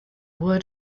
word